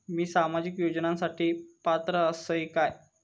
मी सामाजिक योजनांसाठी पात्र असय काय?